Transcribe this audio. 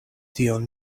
tion